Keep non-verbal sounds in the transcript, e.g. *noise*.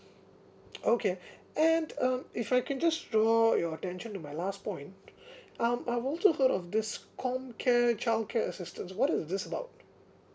*noise* okay and uh if I can just draw your attention to my last point um I've also heard of this comcare childcare assistance what is this about